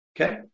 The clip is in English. Okay